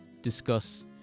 discuss